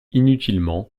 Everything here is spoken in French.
inutilement